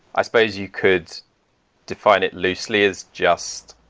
i suppose you could define it loosely as just